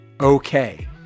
okay